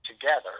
together